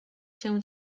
się